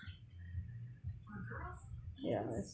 ya that's